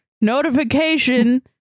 notification